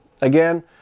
again